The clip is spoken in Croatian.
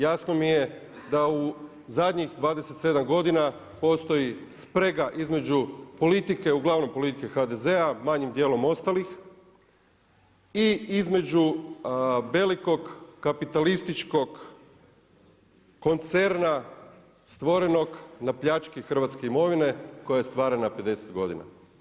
Jasno mi je da u zadnjih 27 godina postoji sprega između politike, uglavnom politike HDZ-a, manjim djelom ostalih i između velikog kapitalističkog koncerna stvorenog na pljački hrvatske imovine koja je stvarana 50 godina.